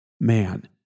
Man